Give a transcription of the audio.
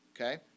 Okay